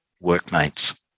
workmates